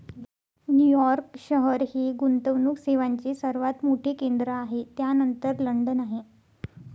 New York शहर हे गुंतवणूक सेवांचे सर्वात मोठे केंद्र आहे त्यानंतर लंडन आहे